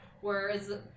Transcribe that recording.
Whereas